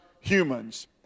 humans